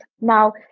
Now